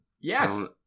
Yes